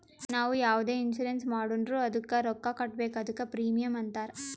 ನಾವು ಯಾವುದೆ ಇನ್ಸೂರೆನ್ಸ್ ಮಾಡುರ್ನು ಅದ್ದುಕ ರೊಕ್ಕಾ ಕಟ್ಬೇಕ್ ಅದ್ದುಕ ಪ್ರೀಮಿಯಂ ಅಂತಾರ್